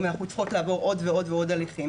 אם אנחנו צריכות לעבור עוד ועוד הליכים,